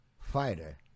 fighter